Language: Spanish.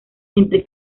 entre